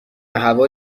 هوا